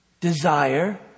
desire